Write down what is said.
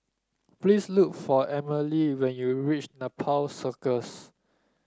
please look for Amalie when you reach Nepal Circus